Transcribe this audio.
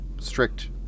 strict